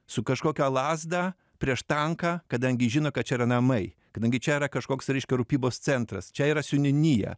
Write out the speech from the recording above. su kažkokia lazda prieš tanką kadangi žino kad čia yra namai kadangi čia yra kažkoks reiškia rūpybos centras čia yra seniūnija